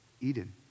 Eden